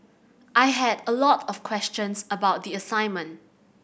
I had a lot of questions about the assignment